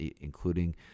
including